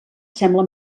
sembla